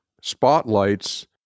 spotlights